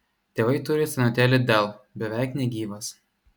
tėvai turi senutėlį dell beveik negyvas